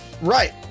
right